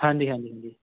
ਹਾਂਜੀ ਹਾਂਜੀ ਹਾਂਜੀ